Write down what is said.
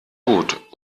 gut